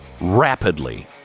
rapidly